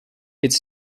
its